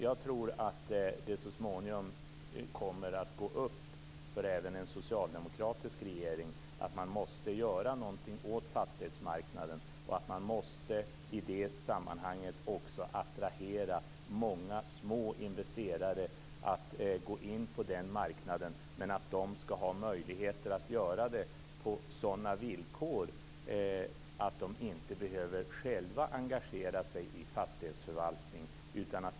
Jag tror att det så småningom även för en socialdemokratisk regering kommer att gå upp att man måste göra någonting åt fastighetsmarknaden. I det sammanhanget måste många små investerare attraheras att gå in på den marknaden, och de skall ha möjlighet att göra det på sådana villkor att de inte själva behöver engagera sig i fastighetsförvaltning.